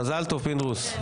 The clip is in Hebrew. מזל טוב, פינדרוס.